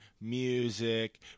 music